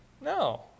No